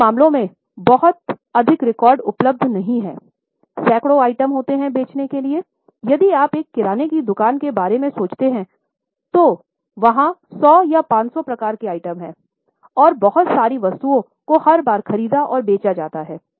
कई मामलों में बहुत अधिक रिकॉर्ड उपलब्ध नहीं हैं सैकड़ों आइटम होते हैं बेचने के लिए यदि आप एक किराने की दुकान के बारे में सोचते हैं तो कई वहाँ 100 या 500 प्रकार के आइटम हैं और बहुत सारी वस्तुओं को हर बार ख़रीदा और बेचा जाता है